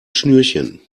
schnürchen